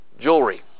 jewelry